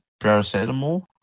paracetamol